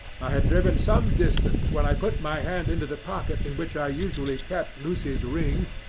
i had driven some distance when i put my hand into the pocket in which i usually kept lucy's ring,